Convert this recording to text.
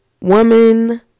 Woman